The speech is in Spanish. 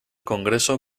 congreso